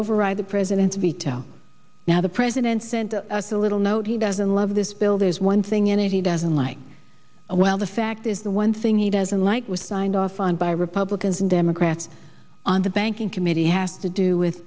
override the president's veto now the president sent us a little note he doesn't love this bill there's one thing in it he doesn't like a well the fact is the one thing he doesn't like was signed off on by republicans and democrats on the banking committee has to do with